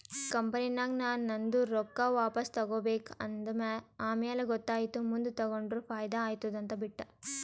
ಕಂಪನಿನಾಗ್ ನಾ ನಂದು ರೊಕ್ಕಾ ವಾಪಸ್ ತಗೋಬೇಕ ಅಂದ ಆಮ್ಯಾಲ ಗೊತ್ತಾಯಿತು ಮುಂದ್ ತಗೊಂಡುರ ಫೈದಾ ಆತ್ತುದ ಅಂತ್ ಬಿಟ್ಟ